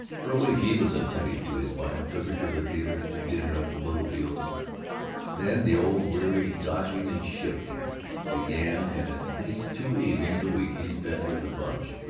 for a week he was attentive to his wife, took her to the theater, to dinner at the littlefields' then the old weary dodging and shifting began and at least two evenings a week he spent with the bunch.